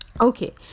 okay